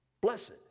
Blessed